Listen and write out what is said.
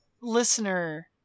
listener